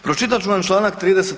Pročitat ću vam čl. 30.